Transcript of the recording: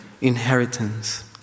inheritance